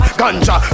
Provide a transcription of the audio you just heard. ganja